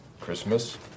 Christmas